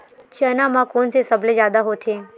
चना म कोन से सबले जादा होथे?